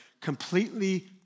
completely